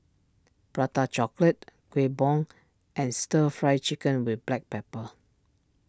Prata Chocolate Kueh Bom and Stir Fried Chicken with Black Pepper